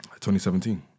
2017